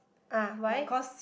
ah why